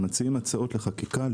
שמציעים הצעות לחקיקה,